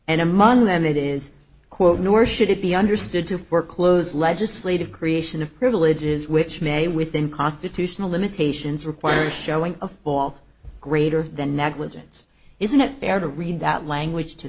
and i'm on them that is quote nor should it be understood to foreclose legislative creation of privileges which may within constitutional limitations require showing a fault greater than negligence isn't it fair to read that language to